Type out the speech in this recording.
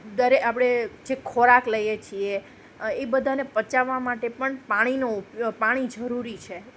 દરે આપણે જે ખોરાક લઈએ છીએ એ બધાને પચાવવા માટે પણ પાણીનો પાણી જરૂરી છે